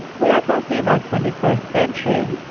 we are talking about twenty first century,